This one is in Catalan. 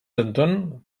anton